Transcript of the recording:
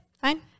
Fine